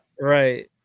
Right